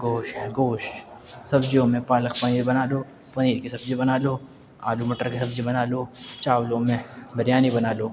گوشت ہے گوشت سبزیوں میں پالک پنیر بنا لو پنیر كی سبزی بنا لو آلو مٹر کی سبزی بنا لو چاولوں میں بریانی بنا لو